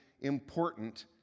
important